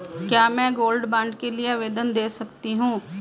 क्या मैं gold bond के लिए आवेदन दे सकती हूँ?